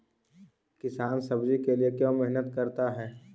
किसान सब्जी के लिए क्यों मेहनत करता है?